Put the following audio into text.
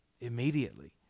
immediately